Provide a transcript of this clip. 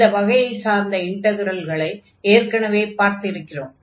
இந்த வகையைச் சார்ந்த இன்டக்ரல்களை எற்கெனவே பார்த்திருக்கிறோம்